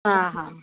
हा हा